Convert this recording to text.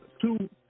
two